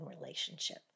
relationship